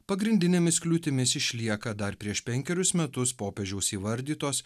pagrindinėmis kliūtimis išlieka dar prieš penkerius metus popiežiaus įvardytos